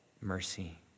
mercy